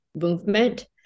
movement